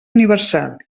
universal